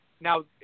Now